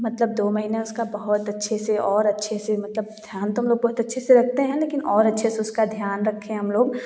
मतलब दो महीना उसका बहुत अच्छे से और अच्छे से मतलब ध्यान तो हम लोग बहुत अच्छे से रखते हैं लेकिन और अच्छे से उसका ध्यान रखें हम लोग